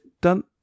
done